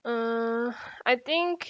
uh I think